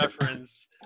reference